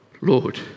Lord